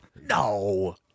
No